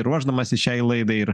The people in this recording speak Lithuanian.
ruošdamasis šiai laidai ir